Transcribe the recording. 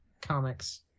comics